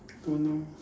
don't know